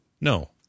no